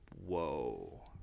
Whoa